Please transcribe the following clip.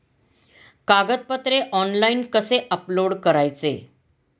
कागदपत्रे ऑनलाइन कसे अपलोड करायचे?